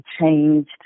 changed